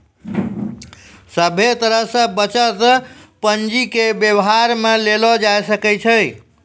सभे तरह से बचत पंजीके वेवहार मे लेलो जाय सकै छै